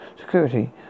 security